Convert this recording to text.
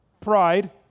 Pride